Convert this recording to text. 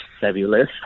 Fabulous